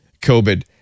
COVID